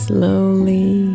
Slowly